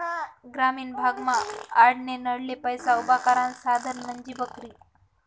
ग्रामीण भागमा आडनडले पैसा उभा करानं साधन म्हंजी बकरी